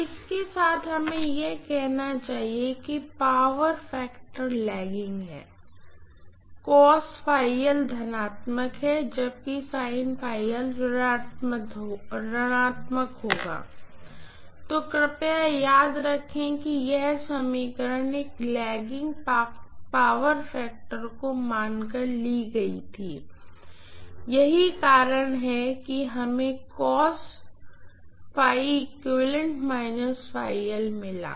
अब इसके साथ हमें यह कहना चाहिए कि क्या पावर फैक्टर लेगिंग है धनात्मक है जबकि ऋणात्मक होगा और कृपया याद रखें कि यह समीकरण एक लेगिंग पावर फैक्टर को मान कर ली गई थी यही कारण है कि हमें मिला